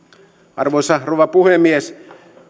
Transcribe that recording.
arvoisa rouva puhemies